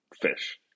fish